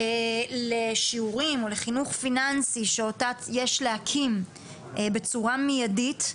לשיעורים או לחינוך פיננסי שאותה יש להקים בצורה מיידית,